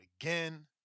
again